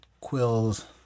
quills